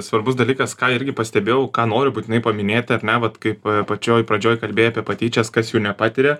svarbus dalykas ką irgi pastebėjau ką noriu būtinai paminėt ar ne vat kaip pačioj pradžioj kalbėjai apie patyčias kas jų nepatiria